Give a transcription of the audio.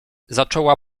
zaczęła